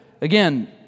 Again